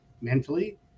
mentally